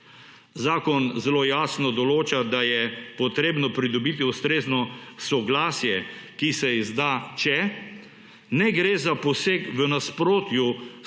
Zakon zelo jasno določa, da je potrebno pridobiti ustrezno soglasje, ki se izda, če ne gre za poseg v nasprotju s pogoji